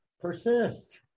persist